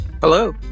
Hello